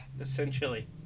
essentially